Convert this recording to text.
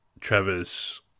trevor's